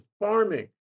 farming